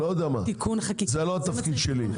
לא יודע מה, זה לא התפקיד שלי.